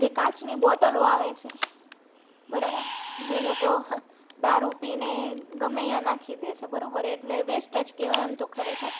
જે કાચની બોટલો આવે છે બરોબર જે લોકો દારૂ પીને ગમે ત્યાં નાખી દે છે બરોબર એટલે વેસ્ટ જ કહેવાય આમ તો ખરેખર